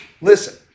listen